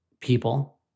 people